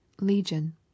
Legion